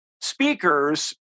speakers